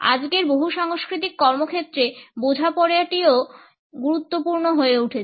আজকের বহুসাংস্কৃতিক কর্মক্ষেত্রে এই বোঝাপড়াটিও গুরুত্বপূর্ণ হয়ে উঠেছে